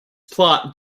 plot